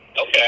Okay